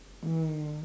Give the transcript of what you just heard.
mm